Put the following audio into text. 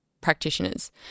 practitioners